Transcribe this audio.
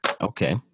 Okay